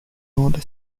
order